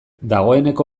dagoeneko